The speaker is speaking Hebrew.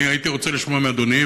אני הייתי רוצה לשמוע מאדוני,